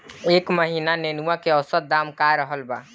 एह महीना नेनुआ के औसत दाम का रहल बा?